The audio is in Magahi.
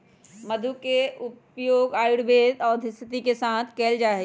मधु के उपयोग आयुर्वेदिक औषधि के साथ कइल जाहई